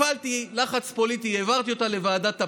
הפעלתי לחץ פוליטי, העברתי אותה לוועדת הפנים,